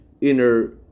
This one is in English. inner